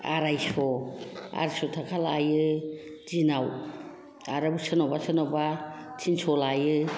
आरायस' आरायस' थाखा लायो दिनाव आरो सोरनावबा सोरनावबा थिनस' लायो